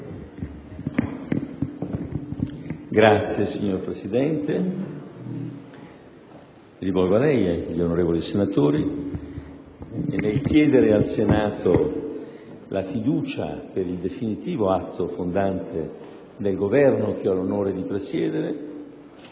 Signor Presidente, onorevoli senatori, nel chiedere al Senato la fiducia per il definitivo atto fondante del Governo che ho l'onore di presiedere,